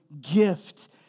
gift